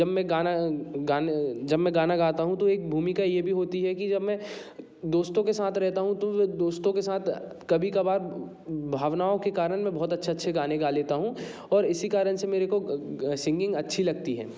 जब मैं गाना गान जब मैं गाना गाता हूँ तो एक भूमिका ये भी होती है कि जब मैं दोस्तों के साथ रहता हूँ तो दोस्तों के साथ कभी कभार भावनाओं के कारण में बहुत अच्छे अच्छे गाने गा लेता हूँ और इसी कारण से मेरे को सिंगिंग अच्छी लगती है